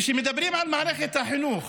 וכשמדברים על מערכת החינוך